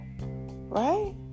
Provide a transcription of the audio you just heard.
Right